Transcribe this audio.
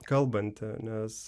kalbantį nes